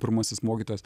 pirmasis mokytojas